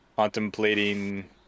Contemplating